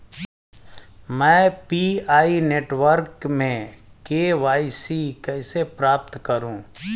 मैं PI network में KYC कैसे प्राप्त करूँ?